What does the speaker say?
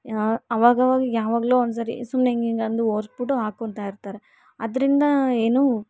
ಆವಾಗಾವಾಗ ಯಾವಾಗಲೋ ಒಂದ್ಸಲ ಸುಮ್ಮನೆ ಹಿಂಗಿಂಗೆ ಅಂದು ಒರೆಸ್ಬಿಟ್ಟು ಹಾಕ್ಕೊಂತ ಇರ್ತಾರೆ ಅದರಿಂದ ಏನು